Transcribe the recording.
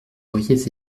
auriez